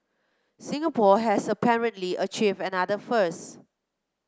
Singapore has apparently achieved another first